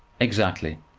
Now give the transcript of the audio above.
exactly.